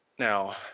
Now